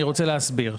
אני רוצה להסביר.